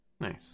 Nice